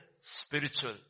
spiritual